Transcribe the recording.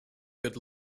good